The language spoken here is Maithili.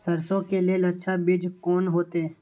सरसों के लेल अच्छा बीज कोन होते?